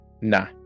Nah